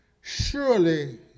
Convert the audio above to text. Surely